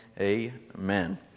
amen